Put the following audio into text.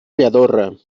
lladorre